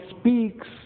speaks